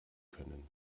können